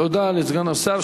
תודה לסגן השר.